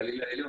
הגליל העליון,